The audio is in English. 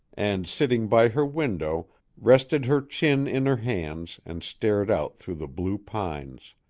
and sitting by her window rested her chin in her hands and stared out through the blue pines.